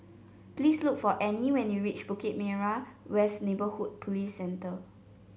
please look for Anne when you reach Bukit Merah West Neighbourhood Police Centre